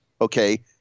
Okay